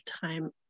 time